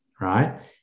right